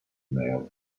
male